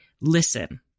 listen